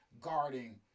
guarding